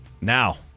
Now